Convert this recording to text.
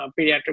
pediatric